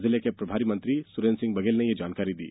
जिले के प्रभारी मंत्री सुरेन्द्र सिंह बघेल ने यह जानकारी दी